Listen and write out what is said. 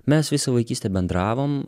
mes visą vaikystę bendravom